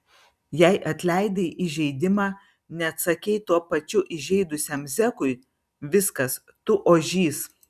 jei atleidai įžeidimą neatsakei tuo pačiu įžeidusiam zekui viskas tu ožys